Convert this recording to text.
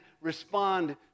respond